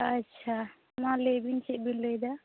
ᱟᱪᱪᱷᱟ ᱢᱟ ᱞᱟᱹᱭ ᱵᱤᱱ ᱪᱮᱫ ᱵᱤᱱ ᱞᱟᱹᱭᱮᱫᱟ